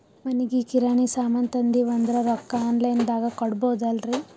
ಮನಿಗಿ ಕಿರಾಣಿ ಸಾಮಾನ ತಂದಿವಂದ್ರ ರೊಕ್ಕ ಆನ್ ಲೈನ್ ದಾಗ ಕೊಡ್ಬೋದಲ್ರಿ?